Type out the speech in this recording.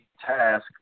task